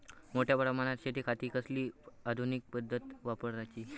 मोठ्या प्रमानात शेतिखाती कसली आधूनिक पद्धत वापराची?